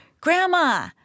grandma